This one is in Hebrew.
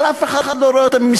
אבל אף אחד לא רואה אותם,